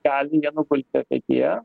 gali jie nugulti ateityje